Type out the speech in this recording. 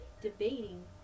debating